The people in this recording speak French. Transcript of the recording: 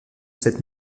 cette